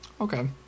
Okay